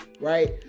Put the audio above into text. right